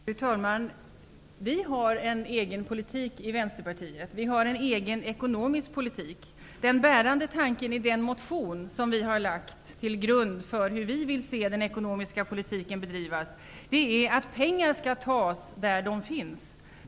Fru talman! Vi har en egen politik i Vänsterpartiet, och vi har en egen ekonomisk politik. Den bärande tanken i vår motion som visar hur vi vill att den ekonomiska politiken skall bedrivas är att pengar skall tas där de finns.